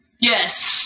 yes